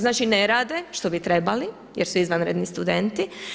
Znači ne rade što bi trebali jer su izvanredni studenti.